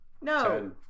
No